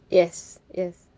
yes yes